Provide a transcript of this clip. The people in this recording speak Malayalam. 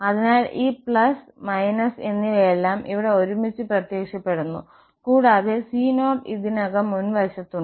അതിനാൽ ഈ എന്നിവയെല്ലാം ഇവിടെ ഒരുമിച്ച് പ്രത്യക്ഷപ്പെടുന്നു കൂടാതെ c0 ഇതിനകം മുൻവശത്തുണ്ട്